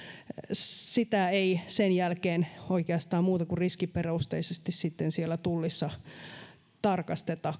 sitä ei sen jälkeen oikeastaan muuta kuin riskiperusteisesti siellä tullissa tarkasteta